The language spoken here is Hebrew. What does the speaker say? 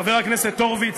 חבר הכנסת הורוביץ,